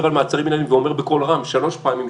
על מעצרים מנהליים ואומר בקול רם שלוש פעמים,